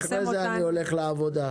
אחרי זה אני הולך לעבודה,